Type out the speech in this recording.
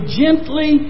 gently